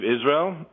Israel